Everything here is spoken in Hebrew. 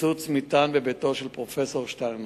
פיצוץ מטען בביתו של פרופסור שטרנהל.